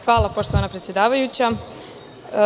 Hvala, poštovana predsedavajuća.